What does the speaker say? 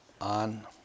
on